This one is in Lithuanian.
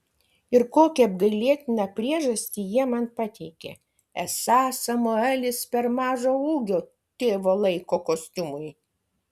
ir kokią apgailėtiną priežastį jie man pateikė esą samuelis per mažo ūgio tėvo laiko kostiumui